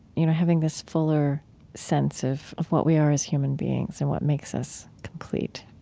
you know having this fuller sense of of what we are as human beings and what makes us complete